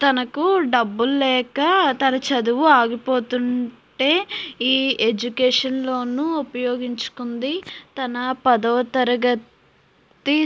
తనకు డబ్బులు లేక తన చదువు ఆగిపోతుంటే ఈ ఎడ్యుకేషన్ లోను న్ ఉపయోగించుకుంది తన పదవ తరగతి